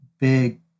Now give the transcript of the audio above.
big